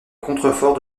contreforts